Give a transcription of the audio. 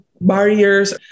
barriers